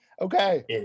okay